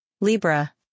Libra